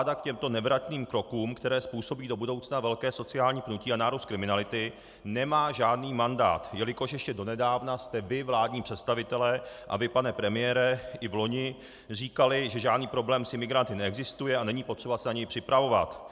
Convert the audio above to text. Tato vláda k těmto nevratným krokům, které způsobí do budoucna velké sociální pnutí a nárůst kriminality, nemá žádný mandát, jelikož ještě donedávna jste vy, vládní představitelé, a vy, pane premiére, i vloni, říkali, že žádný problém s imigranty neexistuje a není potřeba se na něj připravovat.